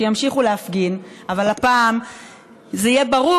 שימשיכו להפגין אבל הפעם זה יהיה ברור